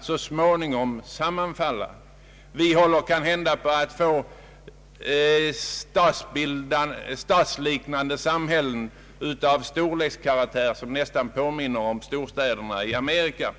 så småningom kommer att sammanfalla. Vi håller på att få sammanhängande samhällsbildningar av en storleksordning som nästan påminner om storstäderna i Amerika.